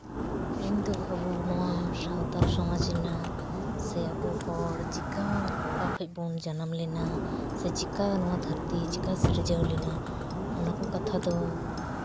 ᱤᱧᱫᱚ ᱟᱵᱚ ᱱᱚᱣᱟ ᱥᱟᱶᱛᱟᱞ ᱥᱚᱢᱟᱡᱽ ᱨᱮᱱᱟᱜ ᱥᱮ ᱟᱵᱚ ᱦᱚᱲ ᱪᱤᱠᱟᱹ ᱚᱠᱟ ᱠᱷᱚᱡ ᱵᱚᱱ ᱡᱟᱱᱟᱢ ᱞᱮᱱᱟ ᱥᱮ ᱪᱤᱠᱟᱹ ᱱᱚᱣᱟ ᱫᱷᱟᱹᱨᱛᱤ ᱪᱤᱠᱟᱹ ᱥᱤᱨᱡᱟᱹᱣ ᱞᱮᱱᱟ ᱚᱱᱟ ᱠᱚ ᱠᱟᱛᱷᱟ ᱫᱚ